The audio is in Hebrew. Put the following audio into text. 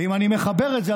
ואם אני מחבר את זה,